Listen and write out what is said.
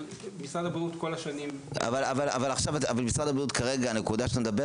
--- משרד הבריאות כל השנים --- הנקודה שעליה אתה מדבר